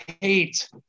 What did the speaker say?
hate